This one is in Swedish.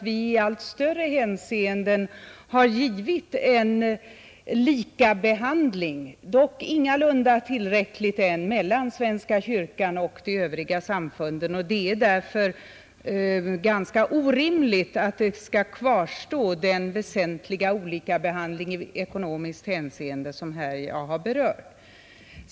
Vi talar ju gärna om en likabehandling mellan svenska kyrkan och de övriga samfunden, och det är därför ganska orimligt att den väsentliga olikabehandling i ekonomiskt hänseende skall kvarstå som jag här berört.